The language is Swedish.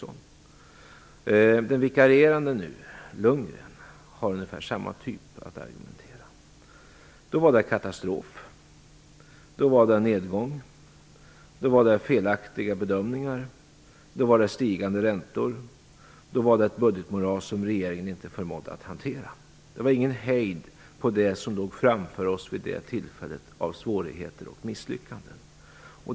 Den som vikarierar nu, Lundgren, har ungefär samma typ av argumentation. Då var det fråga om katastrof, nedgång, felaktiga bedömningar, stigande räntor och ett budgetmoras som regeringen inte förmådde att hantera. Det var ingen hejd på det som vid det tillfället låg framför oss av svårigheter och misslyckanden.